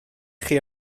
chi